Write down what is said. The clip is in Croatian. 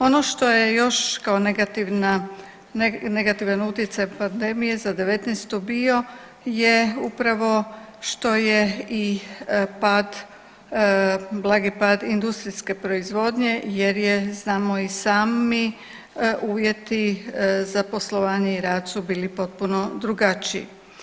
Ono što je još kao negativna, negativan utjecaj pandemije za '19. bio je upravo što je i pad, blagi pad industrijske proizvodnje jer je znamo i sami uvjeti za poslovanje i rad su bili potpuno drugačiji.